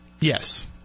Yes